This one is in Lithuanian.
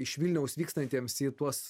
iš vilniaus vykstantiems į tuos